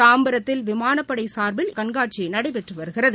தாம்பரத்தில் விமானப்படை சார்பில் கண்காட்சி நடைபெற்று வருகிறது